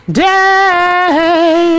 day